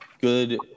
Good